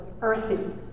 earthy